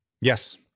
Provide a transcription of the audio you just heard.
Yes